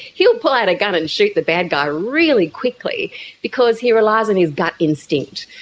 he'll pull out a gun and shoot the bad guy really quickly because he relies on his gut instinct.